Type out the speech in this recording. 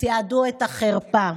תיעדו את החרפה.